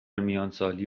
میانسالی